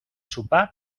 sopar